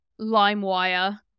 LimeWire